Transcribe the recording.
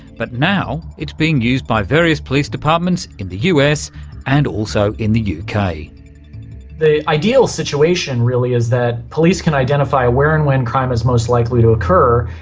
but now it's being used by various police departments in the us and also in the uk. kind of the ideal situation really is that police can identify where and when crime is most likely to occur,